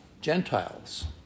Gentiles